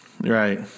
Right